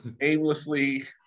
aimlessly